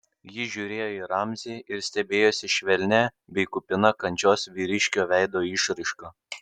ji žiūrėjo į ramzį ir stebėjosi švelnia bei kupina kančios vyriškio veido išraiška